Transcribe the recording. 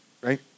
right